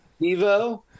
Evo